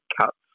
cuts